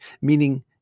meaning